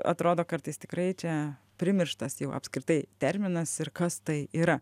atrodo kartais tikrai čia primirštas jau apskritai terminas ir kas tai yra